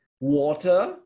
water